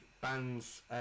band's